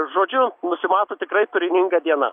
žodžiu nusimato tikrai turininga diena